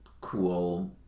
cool